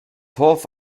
torf